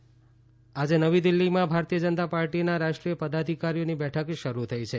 ભાજપા બેઠક આજે નવી દિલ્ફીમાં ભારતીય જનતા પાર્ટીના રાષ્ટ્રીય પદાધિકારીઓની બેઠક શરૂ થઈ છે